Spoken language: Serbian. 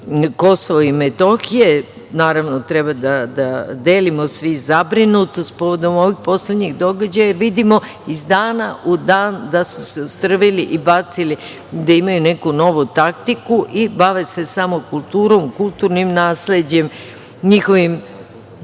Kosovo i Metohija. Naravno, treba da delimo svi zabrinutost povodom ovog poslednjeg događaja jer vidimo iz dana u dan da su se ostrvili i bacili, da imaju neku novu taktiku i bave se samo kulturom, kulturnim nasleđem, njihovim